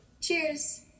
Cheers